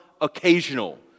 occasional